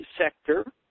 sector